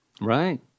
Right